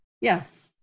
Yes